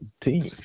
team